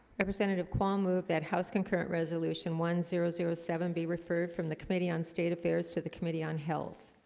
representative quon move that house concurrent resolution one zero zero seven be referred from the committee on state affairs to the committee on health